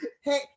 hey